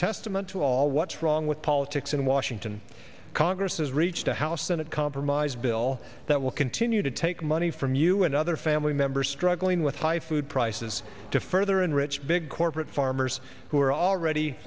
testament to all what's wrong with politics in washington congress has reached a house senate compromise bill that will continue to take money from you and other family members struggling with high food prices to further enrich big corporate farmers who are already